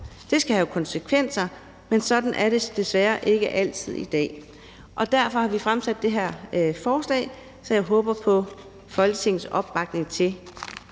Det skal have konsekvenser, men sådan er det desværre ikke altid i dag. Derfor har vi fremsat det her forslag, som jeg håber på Folketingets opbakning til.